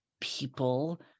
people